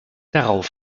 darauf